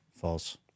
False